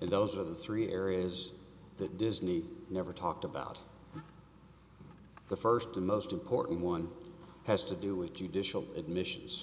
and those are the three areas that disney never talked about the first and most important one has to do with judicial admissions